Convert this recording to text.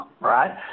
right